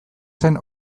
zen